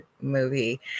movie